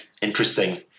interesting